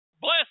bless